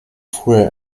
früher